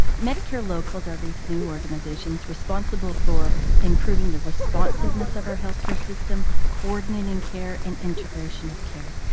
medicare locals are these new organisations responsible for improving the responsiveness of our healthcare system, coordinating care and integration of care.